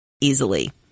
easily